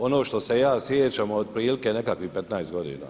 Ono što se ja sjećam otprilike nekakvih 15 godina.